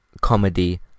comedy